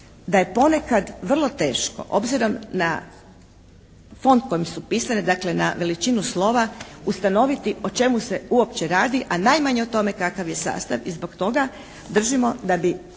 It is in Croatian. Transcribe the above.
da je ponekad vrlo teško, obzirom na font kojim su pisane, dakle na veličinu slova ustanoviti o čemu se uopće radi, a najmanje o tome kakav je sastav. I zbog toga držimo da gdje